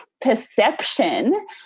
perception